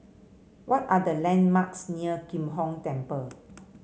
what are the landmarks near Kim Hong Temple